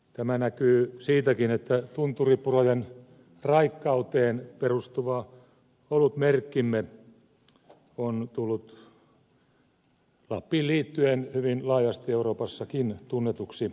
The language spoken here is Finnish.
tämä näkyy siitäkin että tunturipurojen raikkauteen perustuva olutmerkkimme on tullut lappiin liittyen hyvin laajasti euroopassakin tunnetuksi